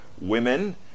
women